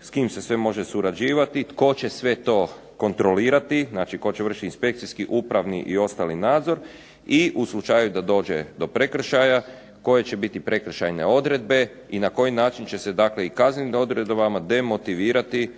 s kim se sve može surađivati, tko će sve to kontrolirati. Znači tko će vršiti inspekcijski, upravni i ostali nadzor i u slučaju da dođe do prekršaja koje će biti prekršajne odredbe i na koji način će se dakle i kaznenim odredbama demotivirati